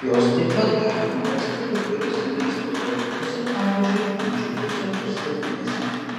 jos taip pat galima rasti kai kuriuose maisto produktuose pavyzdžiui ančiuviuose ir sardinėse